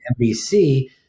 NBC